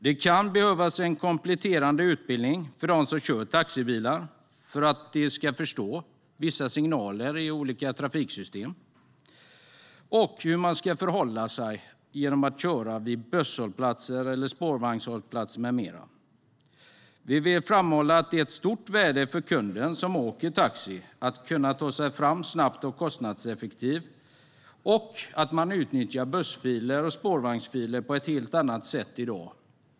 Det kan till exempel behövas en kompletterande utbildning för dem som kör taxi för att de ska förstå vissa signaler i olika trafiksystem och hur de ska förhålla sig till busshållplatser, spårvagnshållplatser med mera. Vi vill framhålla att det för kunden finns ett stort värde i att taxi kan ta sig fram snabbt och kostnadseffektivt och utnyttja bussfiler och spårvagnsfiler på ett helt annat sätt än i dag.